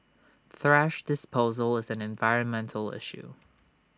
thrash disposal is an environmental issue